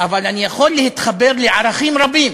אבל אני יכול להתחבר לערכים רבים